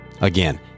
Again